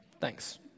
Thanks